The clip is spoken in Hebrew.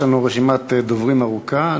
יש לנו רשימת דוברים ארוכה.